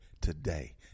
today